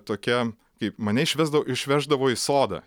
tokia kaip mane išvesdavo išveždavo į sodą